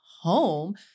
home